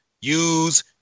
use